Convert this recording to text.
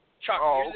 Chuck